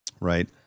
Right